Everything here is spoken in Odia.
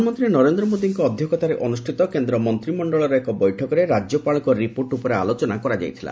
ପ୍ରଧାନମନ୍ତ୍ରୀ ନରେନ୍ଦ୍ର ମୋଦିଙ୍କ ଅଧ୍ୟକ୍ଷତାରେ ଅନୁଷ୍ଠିତ କେନ୍ଦ୍ର ମନ୍ତ୍ରିମଣ୍ଡଳର ଏକ ବୈଠକରେ ରାଜ୍ୟପାଳଙ୍କ ରିପୋର୍ଟ ଉପରେ ଆଲୋଚନା କରାଯାଇଥିଲା